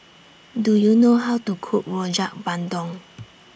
Do YOU know How to Cook Rojak Bandung